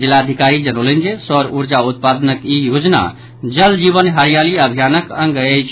जिलाधिकारी जनौलनि जे सौर ऊर्जा उत्पादनक ई योजना जल जीवन हरियाली अभियानक अंग अछि